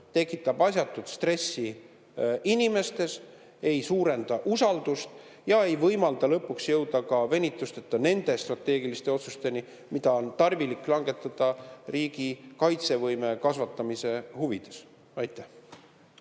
inimestes asjatut stressi, ei suurenda usaldust ega võimalda lõpuks jõuda ka venitusteta nende strateegiliste otsusteni, mida on tarvilik langetada riigi kaitsevõime kasvatamise huvides. Ja